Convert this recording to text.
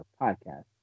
podcast